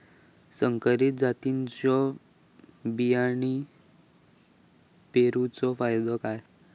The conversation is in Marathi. संकरित जातींच्यो बियाणी पेरूचो फायदो काय?